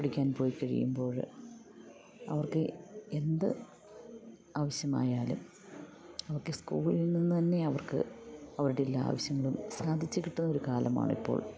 പഠിക്കാൻ പോയി കഴിയുമ്പോൾ അവർക്ക് എന്തു ആവശ്യം ആയാലും അവർക്ക് സ്കൂളിൽ നിന്ന് തന്നെ അവർക്ക് അവരുടെ എല്ലാ ആവശ്യങ്ങളും സാധിച്ചു കിട്ടുന്ന ഒരു കാലമാണ് ഇപ്പോൾ